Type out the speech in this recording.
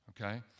okay